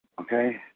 Okay